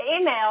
email